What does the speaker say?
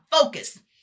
focus